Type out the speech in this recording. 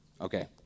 Okay